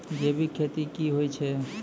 जैविक खेती की होय छै?